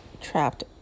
trapped